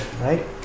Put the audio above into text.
right